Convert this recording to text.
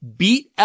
beat